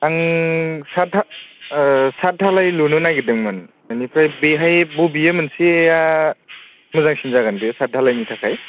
आं सात सात धालाय लुनो नागिरदोंमोन बेनिफ्राय बेहाय बबे मोनसेया मोजांसिन जागोन बे सात धालायनि थाखाय